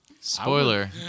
Spoiler